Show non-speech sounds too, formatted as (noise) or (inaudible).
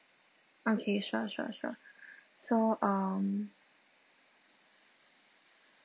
okay sure sure sure (breath) so um